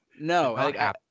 no